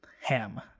ham